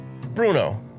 bruno